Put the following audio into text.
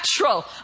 natural